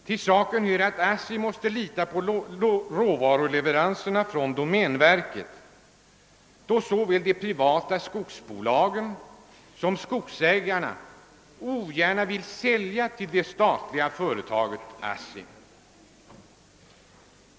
Till saken hör att ASSI måste lita på råvaruleveranserna från domänverket, då såväl de privata skogsbolagen som skogsägarna ogärna vill sälja till det statliga företaget ASST.